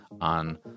on